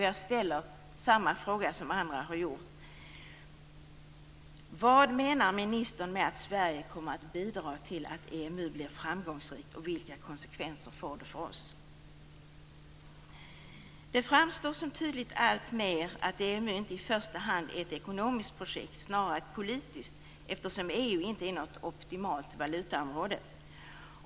Jag ställer samma fråga som andra har gjort: Vad menar ministern med att Sverige kommer att bidra till att EMU blir framgångsrikt, och vilka konsekvenser får det för oss? Det framstår alltmer tydligt att EMU inte i första hand är ett ekonomiskt projekt, snarare ett politiskt, eftersom EU inte är något optimalt valutaområde.